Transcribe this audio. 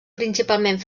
principalment